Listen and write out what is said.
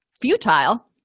futile